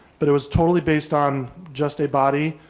but it was totally based on just a body,